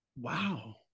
Wow